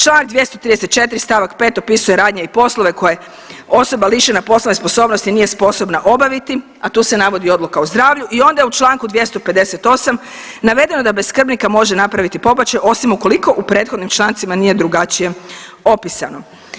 Članak 235. stavak 5. opisuje radnje i poslove koje osoba lišena poslovne sposobnosti nije sposobna obaviti, a tu se navodi odluka o zdravlju i onda u čl. 258 navedeno da bez skrbnika može napraviti pobačaj osim ukoliko u prethodnim člancima nije drugačije opisano.